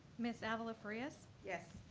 ms. ah avila farias? yes.